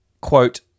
quote